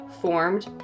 formed